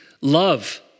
Love